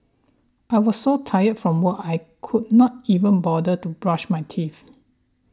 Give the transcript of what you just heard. I was so tired from work I could not even bother to brush my teeth